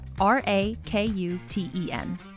R-A-K-U-T-E-N